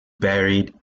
buried